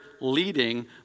leading